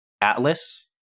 Atlas